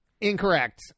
Incorrect